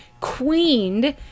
queened